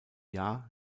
jahr